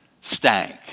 stank